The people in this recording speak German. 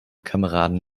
kameraden